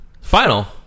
final